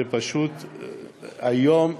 פשוט כיום,